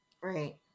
Right